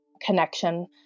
connection